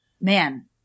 man